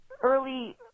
early